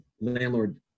landlord